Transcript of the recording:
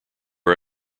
are